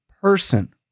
person